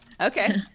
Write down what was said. Okay